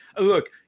look